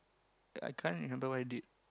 I can't remember what I did